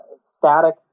static